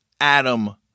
Adam